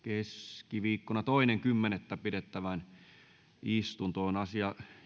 keskiviikkona toinen kymmenettä pidettävään istuntoon asia